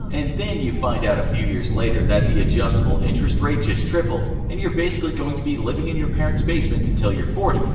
and then you find out a few years later that the adjustable interest rate just tripled and you're basically going to be living in your parent's basement until you're forty.